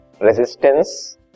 resistance